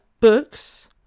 books